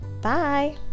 bye